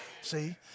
see